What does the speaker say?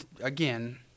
again